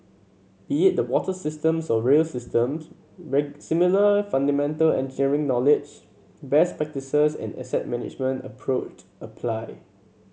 be it the water systems or rail systems similar fundamental engineering knowledge best practices and asset management approached apply